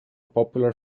popular